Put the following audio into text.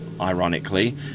ironically